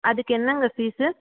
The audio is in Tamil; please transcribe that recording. அதுக்கு என்னங்க ஃபீஸு